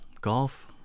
Golf